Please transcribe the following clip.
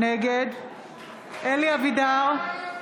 נגד אלי אבידר,